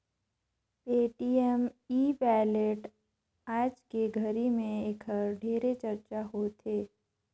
Paytm e wallet आयज के घरी मे ऐखर ढेरे चरचा होवथे